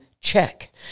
check